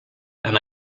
and